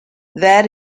that